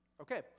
Okay